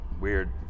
weird